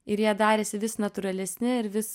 ir jie darėsi vis natūralesni ir vis